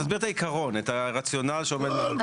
תסביר את העיקרון, את הרציונל שעומד מאחורי.